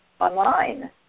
online